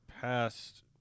past